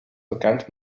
bekend